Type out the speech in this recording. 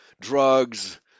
drugs